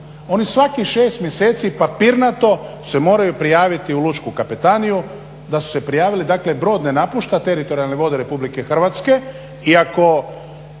Oni svakih 6 mjeseci papirnato se moraju prijaviti u lučku kapetaniju, da su se prijavili, dakle brod ne napušta teritorijalne vode RH i ako za